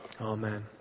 Amen